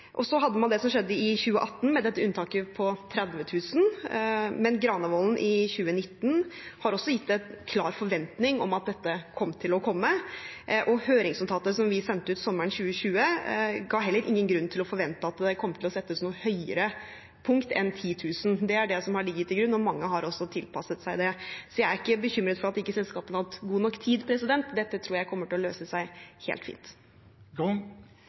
Så hadde man det som skjedde i 2018, med unntaket på 30 000. Granavolden-plattformen i 2019 har også gitt en klar forventning om at dette kom til å komme. Høringsnotatet vi sendte ut sommeren 2020, ga heller ingen grunn til å forvente at det kom til å settes noe høyere punkt enn 10 000. Det er det som har ligget til grunn, og mange har også tilpasset seg det. Så jeg er ikke bekymret for at selskapene ikke har hatt god nok tid. Dette tror jeg kommer til å løse seg helt fint.